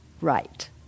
right